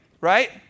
right